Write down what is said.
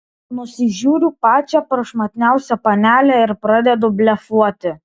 nusižiūriu pačią prašmatniausią panelę ir pradedu blefuoti